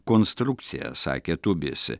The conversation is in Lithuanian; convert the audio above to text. konstrukcija sakė tubis